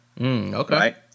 Okay